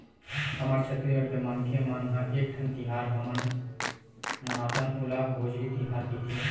हमर छत्तीसगढ़ के मनखे मन ह एकठन तिहार हमन मनाथन ओला भोजली तिहार कइथे